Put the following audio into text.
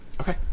Okay